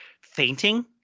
fainting